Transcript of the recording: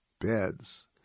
beds